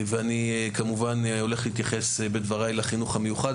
ואני הולך להתייחס בדבריי לחינוך המיוחד,